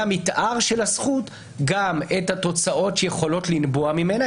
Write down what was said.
המתאר של הזכות גם את התוצאות שיכולות לנבוע ממנה,